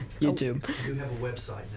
YouTube